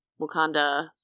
Wakanda